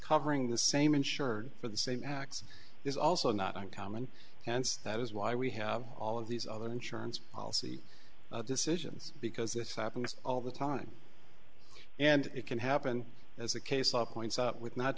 covering the same insured for the same acts is also not uncommon hence that is why we have all of these other insurance policy decisions because this happens all the time and it can happen as a case of points up with not